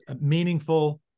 meaningful